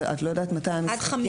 את לא יודעת מתי המשחקים.